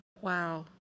Wow